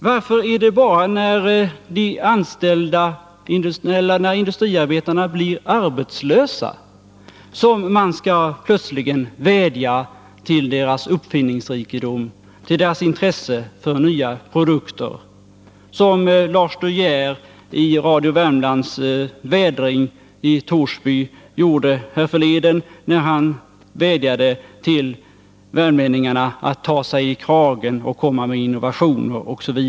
Varför är det bara när industriarbetarna blir arbetslösa som man plötsligt vädjar till deras uppfinningsrikedom och deras intresse för nya produkter? Lars de Geer vädjade härförleden i Radio Värmlands Vädring i Torsby till värmlänningarna att ta sig i kragen och komma med innovationer.